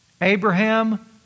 Abraham